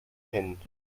kennen